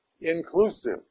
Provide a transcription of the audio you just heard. inclusive